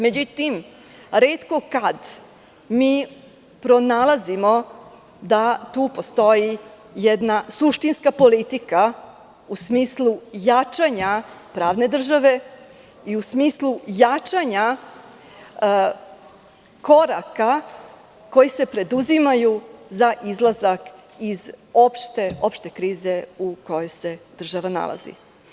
Međutim, retko kada pronalazimo da tu postoji jedna suštinska politika u smislu jačanja pravne države i u smislu jačanja koraka koji se preduzimaju za izlazak iz opšte krize u kojoj se država nalazi.